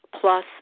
plus